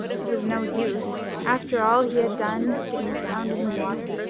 it was no use, after all he had done, getting drowned in the water.